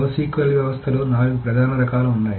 NoSQL వ్యవస్థలలో నాలుగు ప్రధాన రకాలు ఉన్నాయి